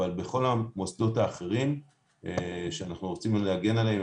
אבל בכל המוסדות האחרים שאנחנו רוצים להגן עליהם,